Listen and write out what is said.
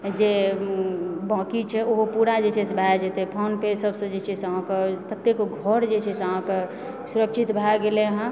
जे बाकी छै ओहो पूरा जे छै से भए जेतय फोन पे सबसँ जे छै अहाँकेँ कतेक घर जे छै से अहाँकेँ सुरक्षित भए गेलै हँ